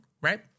right